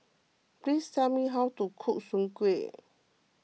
please tell me how to cook Soon Kway